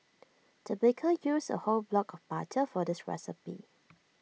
the baker used A whole block of butter for this recipe